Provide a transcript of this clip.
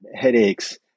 headaches